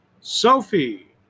Sophie